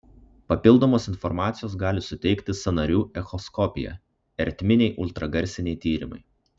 papildomos informacijos gali suteikti sąnarių echoskopija ertminiai ultragarsiniai tyrimai